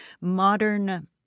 modern